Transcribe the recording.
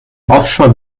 offshore